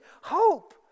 hope